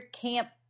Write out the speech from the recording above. camp